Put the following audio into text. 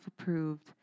approved